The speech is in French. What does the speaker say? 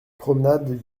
promenade